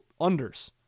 unders